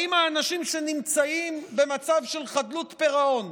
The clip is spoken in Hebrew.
האם האנשים שנמצאים במצב של חדלות פירעון,